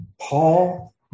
Paul